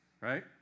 right